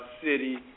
city